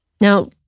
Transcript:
Now